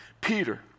Peter